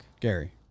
Gary